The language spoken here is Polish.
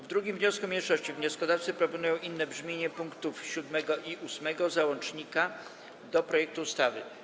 W 2. wniosku mniejszości wnioskodawcy proponują inne brzmienie pkt 7 i 8 załącznika do projektu ustawy.